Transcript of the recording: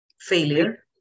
Failure